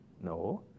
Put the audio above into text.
No